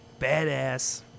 badass